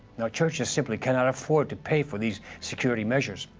now churches simply cannot afford to pay for these security measures.